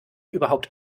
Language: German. überhaupt